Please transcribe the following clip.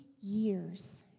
years